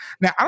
Now